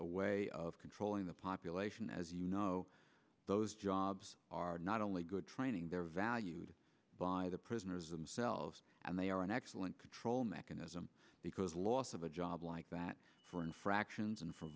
a way of controlling the population as you know those jobs are not only good training they're valued by the prisoners themselves and they are an excellent control mechanism because loss of a job like that for infractions and f